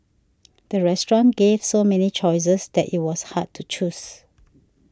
the restaurant gave so many choices that it was hard to choose